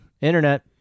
Internet